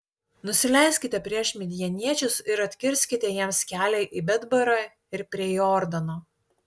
nusileiskite prieš midjaniečius ir atkirskite jiems kelią į betbarą ir prie jordano